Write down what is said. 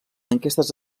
enquestes